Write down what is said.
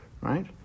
right